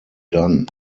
dunn